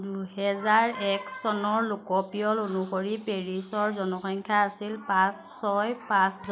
দুহেজাৰ এক চনৰ লোকপিয়ল অনুসৰি পেৰিছৰ জনসংখ্যা আছিল পাঁচ ছয় পাঁচ জন